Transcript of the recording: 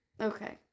okay